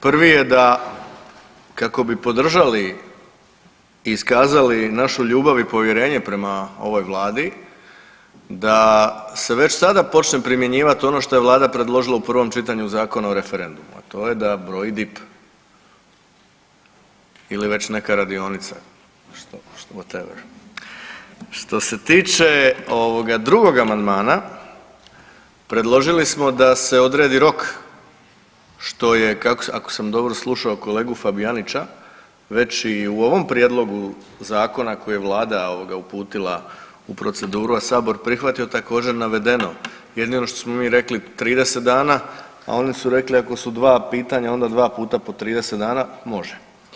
Prvi je da kako bi podržali i iskazali našu ljubav i povjerenje prema ovoj vladi da se već sada počne primjenjivat ono što je vlada predložila u prvom čitanju Zakona o referendumu, a to je da broji DIP ili već neka radionica, što, što... [[Govornik se ne razumije]] Što se tiče ovog drugog amandmana predložili smo da se odredi rok, što je, ako sam dobro slušao kolegu Fabijanića, već i u ovom prijedlogu zakona koji je vlada ovoga uputila u proceduru, a sabor prihvatio također navedeno, jedino što smo mi rekli 30 dana, a oni su rekli ako su dva pitanja onda dva puta po 30 dana, može.